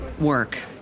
work